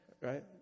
Right